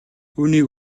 үүнийг